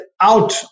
out